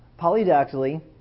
polydactyly